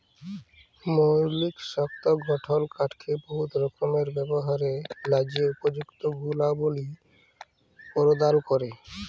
মৌলিক শক্ত গঠল কাঠকে বহুত রকমের ব্যাভারের ল্যাযে উপযুক্ত গুলবলি পরদাল ক্যরে